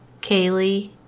Kaylee